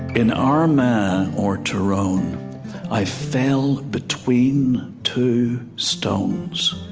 in armagh or tyrone i fell between two stones